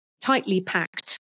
tightly-packed